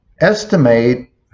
estimate